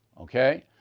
okay